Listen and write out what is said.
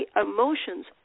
emotions